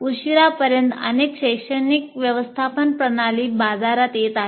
उशिरापर्यंत अनेक शैक्षणिक व्यवस्थापन प्रणाली बाजारात येत आहेत